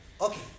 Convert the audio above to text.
okay